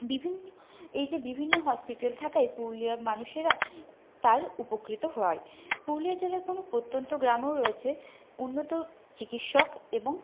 বিভিন্ন এই যে বিভিন্ন হসপিটাল থাকায় পুরুলিয়ার মানুষেরা তার উপকৃত হয় পুরুলিয়া জেলায় কোনও প্রত্যন্ত গ্রামও রয়েছে উন্নত চিকিৎসক এবং